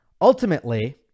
Ultimately